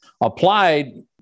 applied